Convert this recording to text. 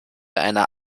einer